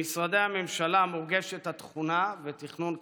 במשרדי הממשלה מורגשת התכונה ותכנון קדימה.